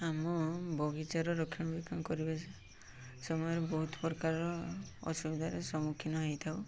ଆମ ବଗିଚାର ରକ୍ଷଣାବେକ୍ଷଣ କରିବା ସମୟରେ ବହୁତ ପ୍ରକାରର ଅସୁବିଧାରେ ସମ୍ମୁଖୀନ ହେଇଥାଉ